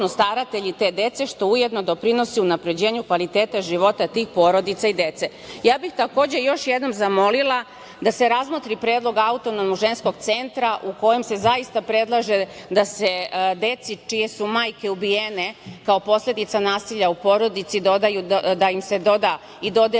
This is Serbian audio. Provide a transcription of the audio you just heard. staratelji te dece, što ujedno doprinosi unapređenju kvaliteta života tih porodica i dete. Takođe, još jednom bih zamolila da se razmotri predlog Autonomnog ženskog centra, u kojem se zaista predlaže da se deci čije su majke ubijene, kao posledica nasilja u porodici, doda i dodeli